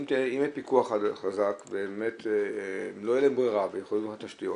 אם יהיה פיקוח חזק ולא תהיה להם ברירה --- תשתיות